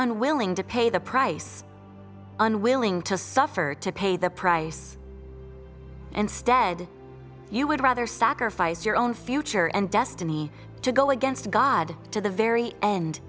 unwilling to pay the price unwilling to suffer to pay the price and stead you would rather sacrifice your own future and destiny to go against god to the very end